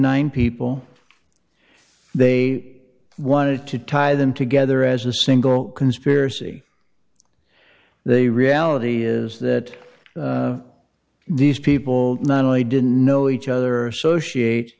nine people they wanted to tie them together as a single conspiracy the reality is that these people not only didn't know each other associate